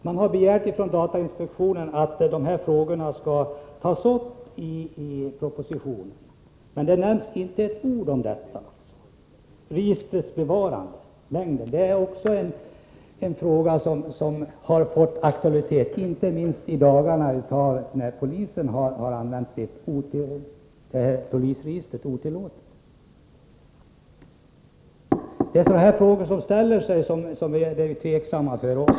Datainspektionen har begärt att denna fråga skall tas upp i propositionen, men det nämns inte ett ord om hur länge registren skall bevaras. Detta är en fråga som har fått ökad aktualitet, inte minst nu i dagarna, när polisen utan tillåtelse har använt sitt register. Det är sådana här frågor som inställer sig och som gör att vi är osäkra.